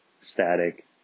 static